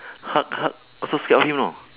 hulk hulk also scared of him know